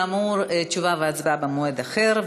כאמור, תשובה והצבעה במועד אחר.